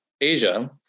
Asia